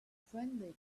friendly